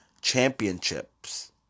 Championships